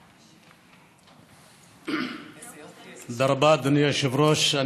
תודה רבה, אדוני היושב-ראש.